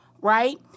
right